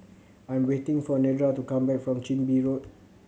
I'm waiting for Nedra to come back from Chin Bee Road